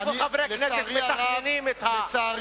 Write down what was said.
חברי הכנסת מתכננים את העבודה